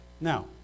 Now